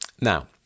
Now